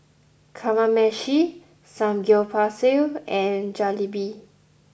Kamameshi Samgeyopsal and Jalebi